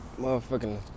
motherfucking